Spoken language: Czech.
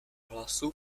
hlasu